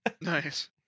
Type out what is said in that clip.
Nice